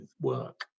work